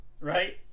Right